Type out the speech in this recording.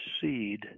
seed